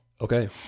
Okay